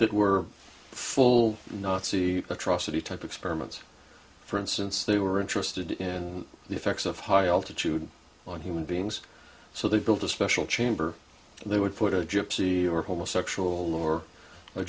that were full nazi atrocity type experiments for instance they were interested in the effects of high altitude on human beings so they built a special chamber they would put a gypsy or homosexuals or a